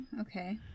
Okay